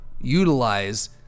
utilize